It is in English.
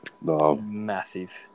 Massive